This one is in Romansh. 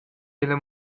ella